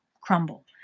crumble